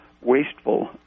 wasteful